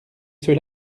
ceux